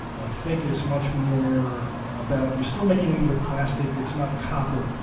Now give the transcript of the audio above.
i think it's much more about you're still making them with plastic. it's not copper.